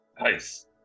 Nice